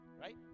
right